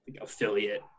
affiliate